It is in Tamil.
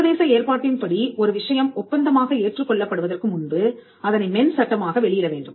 சர்வதேச ஏற்பாட்டின்படி ஒரு விஷயம் ஒப்பந்தமாக ஏற்றுக் கொள்ளப்படுவதற்கு முன்பு அதனை மென் சட்டமாக வெளியிட வேண்டும்